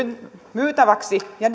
myytäväksi ja